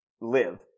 live